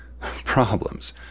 problems